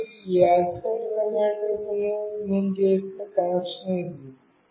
మరియు ఈ యాక్సిలెరోమీటర్తో నేను చేసిన కనెక్షన్ ఇది